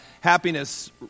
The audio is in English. happiness